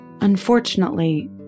Unfortunately